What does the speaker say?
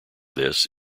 this